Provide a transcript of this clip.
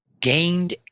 gained